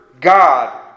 God